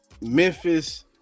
Memphis